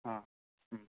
अ